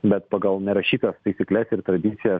bet pagal nerašytas taisykles ir tradicijas